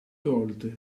volte